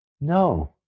No